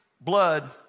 blood